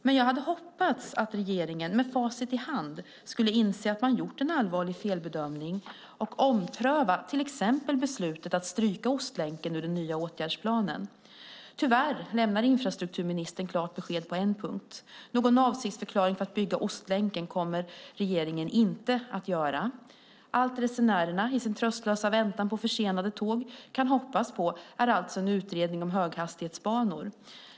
Men jag hade hoppats att regeringen, med facit i hand, skulle inse att man gjort en allvarlig felbedömning och ompröva till exempel beslutet att stryka Ostlänken ur den nya åtgärdsplanen. Tyvärr lämnar infrastrukturministern klart besked på en punkt: Någon avsiktsförklaring om att bygga Ostlänken kommer regeringen inte att göra. Allt resenärerna i sin tröstlösa väntan på försenade tåg kan hoppas på är alltså en utredning om höghastighetsbanor.